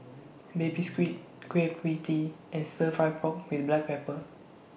Baby Squid Kueh PIE Tee and Stir Fry Pork with Black Pepper